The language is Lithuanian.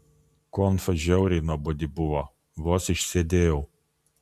konfa žiauriai nuobodi buvo vos išsėdėjau